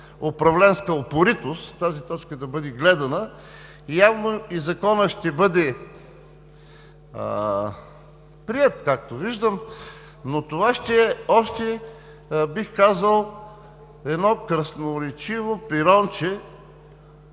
управленска упоритост тази точка да бъде гледана. Явно и Законът ще бъде приет, както виждам, но това ще е още, бих казал, едно красноречиво пиронче